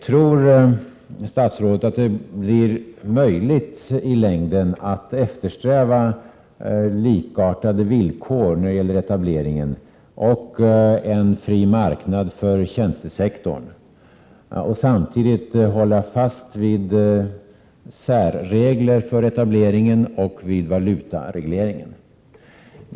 Tror statsrådet att det i längden blir möjligt att eftersträva likartade villkor när det gäller etableringen och en fri marknad för tjänstesektorn och samtidigt hålla fast vid särregler för etableringen och vid valutaregleringen?